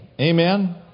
Amen